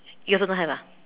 you also don't have ah